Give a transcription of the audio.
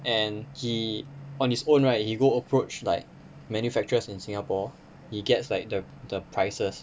and he on his own right he go approach like manufacturers in singapore he gets like the the prices